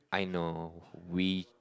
I know we